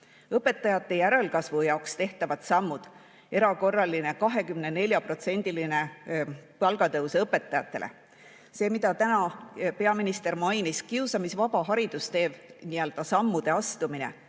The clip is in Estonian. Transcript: õpetajate järelkasvu jaoks tehtavad sammud, erakorraline 24%‑line palgatõus õpetajatele; see, mida täna peaminister mainis: kiusamisvaba haridustee sammude astumine